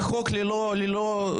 אבל החוק הוא ללא כלי אכיפה?